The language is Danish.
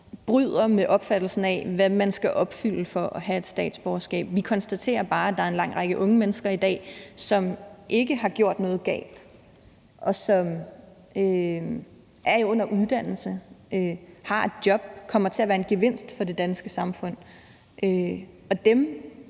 bryder med opfattelsen af, hvad man skal opfylde for at have et statsborgerskab. Vi konstaterer bare, at der er en lang række unge mennesker i dag, som ikke har gjort noget galt, og som er under uddannelse, har et job, kommer til at være en gevinst for det danske samfund, og dem